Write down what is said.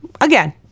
again